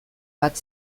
bat